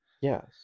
Yes